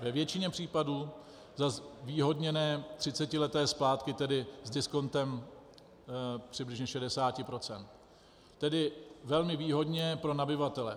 Ve většině případů za zvýhodněné třicetileté splátky, tedy s diskontem přibližně 60 %, tedy velmi výhodně pro nabyvatele.